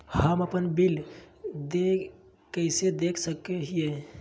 हम अपन बिल देय कैसे देख सको हियै?